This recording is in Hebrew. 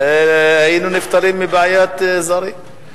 היינו נפטרים מבעיית הזרים.